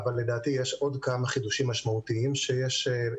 אבל לדעתי יש עוד כמה חידושים משמעותיים בממ"ח.